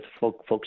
folks